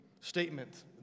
statement